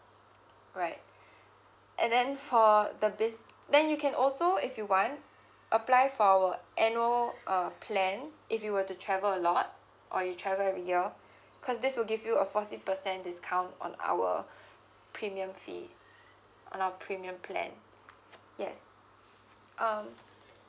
right and then for the busi~ then you can also if you want apply for our annual uh plan if you were to travel a lot or you travel every year because this will give you a forty percent discount on our premium fee on our premium plan yes um